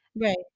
Right